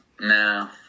No